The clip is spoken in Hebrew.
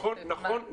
נכון.